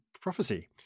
prophecy